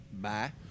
Bye